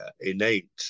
innate